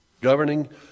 Governing